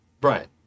Brian